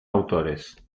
autores